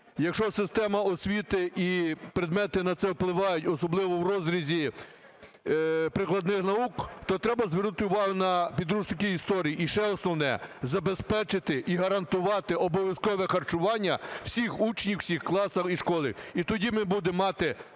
Якщо система освіти і предмети на це впливають, особливо у розрізі прикладних наук, то треба звернути увагу на підручники історії. І ще основне – забезпечити і гарантувати обов'язкове харчування всіх учнів всіх класів і школи. І тоді ми будемо мати